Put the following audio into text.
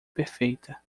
perfeita